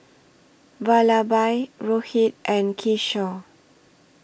Vallabhbhai Rohit and Kishore